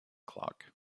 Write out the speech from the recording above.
clock